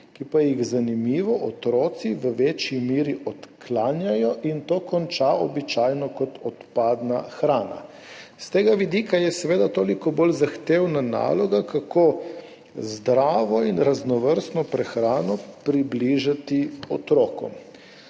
ki pa jih, zanimivo, otroci v večji meri odklanjajo in to konča običajno kot odpadna hrana. S tega vidika je seveda toliko bolj zahtevna naloga, kako zdravo in raznovrstno prehrano približati otrokom.